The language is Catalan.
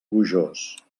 gojós